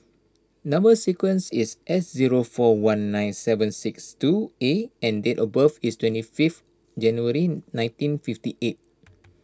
Number Sequence is S zero four one nine seven six two A and date of birth is twenty fifth January nineteen fifty eight